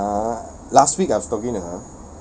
uh last week I was talking to her